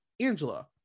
Angela